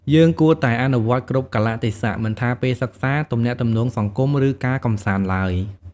យើងគួរតែអនុវត្ត គ្រប់កាលៈទេសៈ មិនថាពេលសិក្សា ទំនាក់ទំនងសង្គម ឬការកម្សាន្តឡើយ។